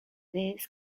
this